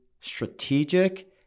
strategic